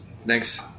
thanks